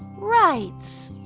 rights.